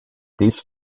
these